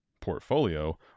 portfolio